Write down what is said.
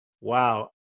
Wow